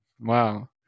Wow